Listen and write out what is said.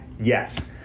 Yes